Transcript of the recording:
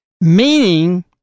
meaning